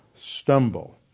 stumble